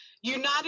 united